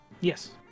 Yes